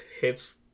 hits